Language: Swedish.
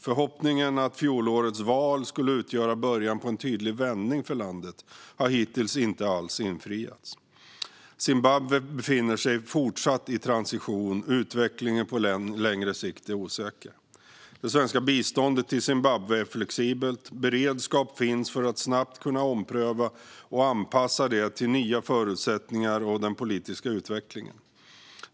Förhoppningen att fjolårets val skulle utgöra början på en tydlig vändning för landet har hittills inte alls infriats. Zimbabwe befinner sig fortsatt i transition. Utvecklingen på längre sikt är osäker. Det svenska biståndet till Zimbabwe är flexibelt. Beredskap finns att snabbt kunna ompröva det och anpassa det till nya förutsättningar och den politiska utvecklingen.